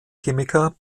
chemiker